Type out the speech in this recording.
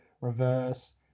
reverse